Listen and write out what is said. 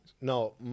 No